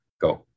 go